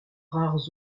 rares